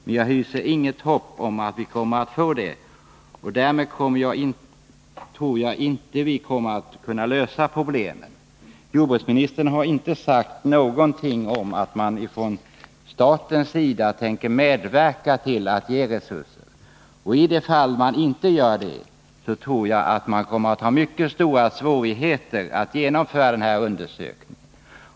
Men jag hyser inget hopp om att vi kommer att få det och därmed tror jag inte vi kommer att kunna lösa problemet.” Jordbruksministern har inte sagt någonting om att han tänker medverka till att ge resurser från staten. Ifall man inte gör det, tror jag att det kommer att bli mycket stora svårigheter att genomföra den här undersökningen.